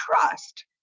trust